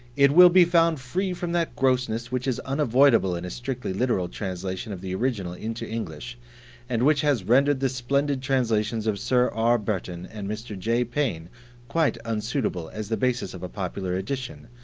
it will be found free from that grossness which is unavoidable in a strictly literal translation of the original into english and which has rendered the splendid translations of sir r. burton and mr. j. payne quite unsuitable as the basis of a popular edition,